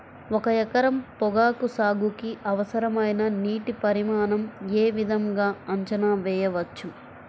ఒక ఎకరం పొగాకు సాగుకి అవసరమైన నీటి పరిమాణం యే విధంగా అంచనా వేయవచ్చు?